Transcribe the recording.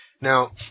now